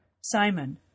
Simon